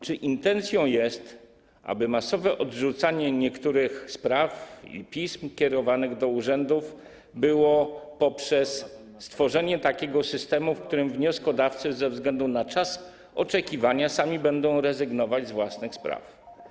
Czy intencją jest, aby masowe odrzucanie niektórych spraw i pism kierowanych do urzędów było poprzez stworzenie takiego systemu, w którym wnioskodawcy ze względu na czas oczekiwania sami będą rezygnować z własnych spraw?